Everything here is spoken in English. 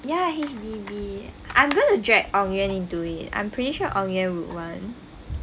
ya H_D_B I'm going to drag ong yuan into it I am pretty sure ong yuan would want